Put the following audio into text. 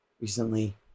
recently